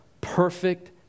perfect